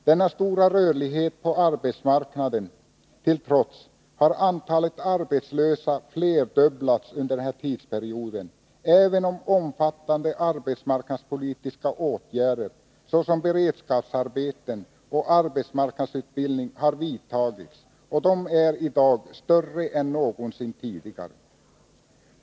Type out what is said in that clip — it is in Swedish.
Den stora rörligheten på arbetsmarknaden till trots har antalet arbetslösa flerdubblats under den här tidsperioden, trots att omfattande arbetsmarknadspolitiska åtgärder, såsom beredskapsarbeten och arbetsmarknadsutbildning, har vidtagits. Dessa insatser är i dag större än någonsin tidigare.